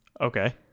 Okay